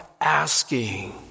asking